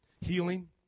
Healing